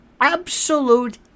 absolute